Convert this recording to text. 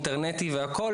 אינטרנטי והכל